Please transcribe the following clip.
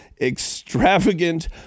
extravagant